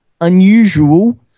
unusual